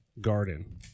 garden